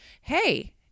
hey